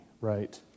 right